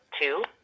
two